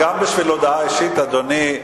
גם בשביל הודעה אישית, אדוני,